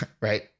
right